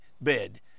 bed